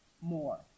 more